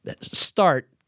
start